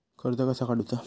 कर्ज कसा काडूचा?